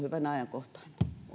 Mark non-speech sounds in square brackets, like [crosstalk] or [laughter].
[unintelligible] hyvin ajankohtainen